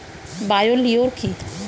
Bio লিওর কি?